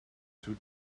two